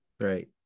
right